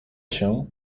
się